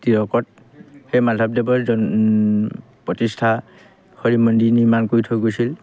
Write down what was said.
টিয়কত সেই মাধৱদেৱৰ প্ৰতিষ্ঠা হৰি মন্দিৰ নিৰ্মাণ কৰি থৈ গৈছিল